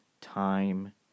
time